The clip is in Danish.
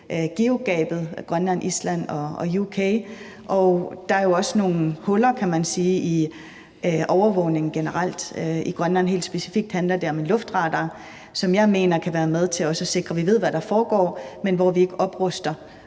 GIUK-gabet – Grønland, Island og UK. Og der er jo også nogle huller, kan man sige, i overvågningen generelt i Grønland. Helt specifikt handler det om en luftradar, som jeg mener kan være med til at sikre, at vi ved, hvad der foregår, men uden at vi opruster.